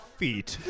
feet